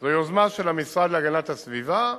זו יוזמה של המשרד להגנת הסביבה,